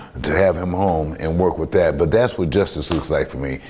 to have him home and work with that. but that's what justice looks like for me.